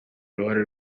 uruhare